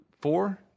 four